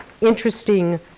interesting